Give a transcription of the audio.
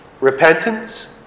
repentance